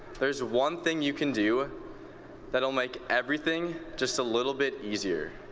there's one thing you can do that will make everything just a little bit easier.